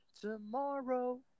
tomorrow